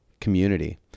community